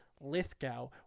Lithgow